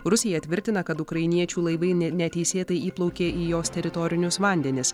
rusija tvirtina kad ukrainiečių laivai ne neteisėtai įplaukė į jos teritorinius vandenis